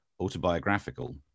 autobiographical